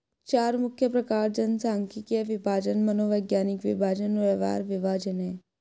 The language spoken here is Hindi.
चार मुख्य प्रकार जनसांख्यिकीय विभाजन, मनोवैज्ञानिक विभाजन और व्यवहार विभाजन हैं